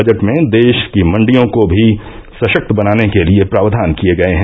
budget में देश की मंडियों को भी सशक्त बनाने के लिये प्रावधान किये गये हैं